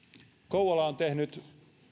kouvola on tehnyt